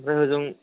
ओमफ्राय ह'जों